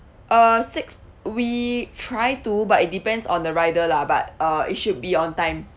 uh six we try to but it depends on the rider lah but uh it should be on time